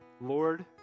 Lord